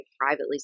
privately